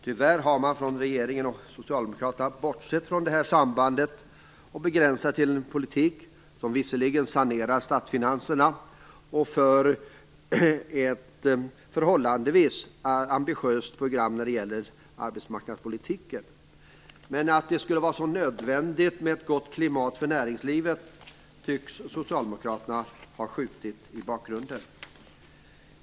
Tyvärr har regeringen och Socialdemokraterna bortsett från det här sambandet och begränsat sig till en politik som visserligen sanerar statsfinanserna samt ett förhållandevist ambitiöst arbetsmarknadspolitiskt program. Men att det också skulle vara nödvändigt med ett gott klimat för näringslivet tycks Socialdemokraterna ha skjutit i bakgrunden.